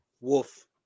wolf